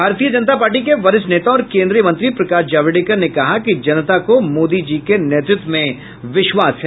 भारतीय जनता पार्टी के वरिष्ट नेता और केन्द्रीय मंत्री प्रकाश जावड़ेकर ने कहा कि जनता को मोदी जी के नेतृत्व में विश्वास है